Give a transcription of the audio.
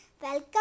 welcome